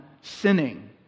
sinning